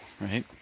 right